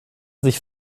sich